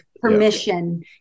permission